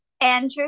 Andrew